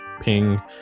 ping